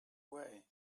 away